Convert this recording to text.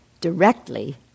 directly